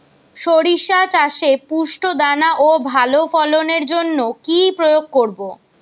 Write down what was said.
শরিষা চাষে পুষ্ট দানা ও ভালো ফলনের জন্য কি প্রয়োগ করব?